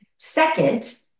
Second